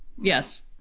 Yes